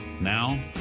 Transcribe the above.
NOW